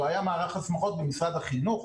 לא היה מערך הסמכות במשרד החינוך.